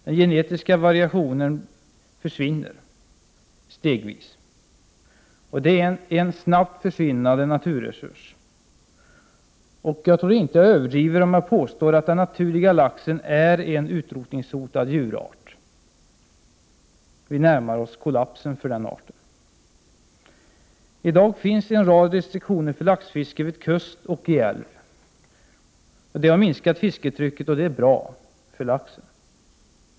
Den genetiska variationen försvinner stegvis, och detta är en snabbt försvinnande naturresurs. Jag tror inte att jag överdriver när jag påstår att den naturliga laxen är en utrotningshotad djurart. Vi närmar oss kollaps för den arten. I dag finns en rad restriktioner för laxfiske vid kust och i älv, vilket har minskat fisketrycket. Det är bra — för laxen.